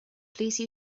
please